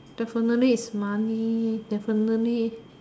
definitely is money definitely